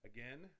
Again